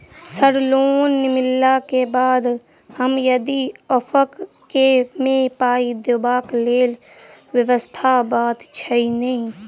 Sir loan मिलला केँ बाद हम यदि ऑफक केँ मे पाई देबाक लैल व्यवस्था बात छैय नै?